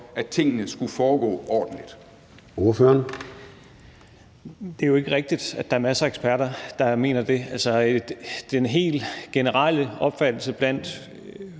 Ordføreren. Kl. 13:15 Rasmus Stoklund (S): Det er jo ikke rigtigt, at der er masser af eksperter, der mener det. Altså, den helt generelle opfattelse blandt